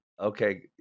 Okay